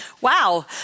Wow